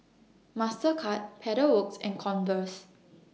Mastercard Pedal Works and Converse